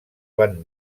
van